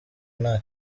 nta